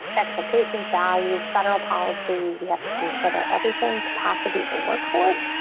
expectations values federal policy, we have to consider everything capacity, the workforce,